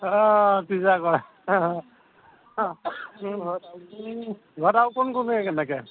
অঁ কৰে ঘৰত আৰু কোন কোন কেনেকৈ